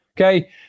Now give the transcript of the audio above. Okay